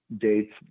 dates